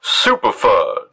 Superfudge